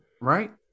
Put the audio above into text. right